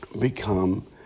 become